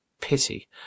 pity